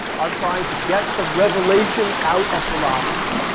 are trying to get the revelation out of philosophy.